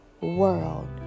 world